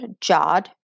Jod